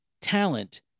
talent